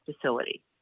facility